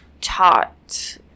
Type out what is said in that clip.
taught